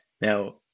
Now